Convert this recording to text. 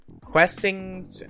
questing